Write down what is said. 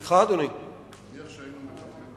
נניח שהיינו מטפלים,